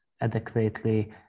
adequately